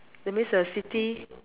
that means the city